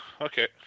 Okay